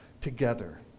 together